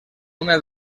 una